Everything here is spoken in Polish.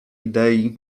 idei